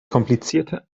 komplizierte